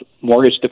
mortgage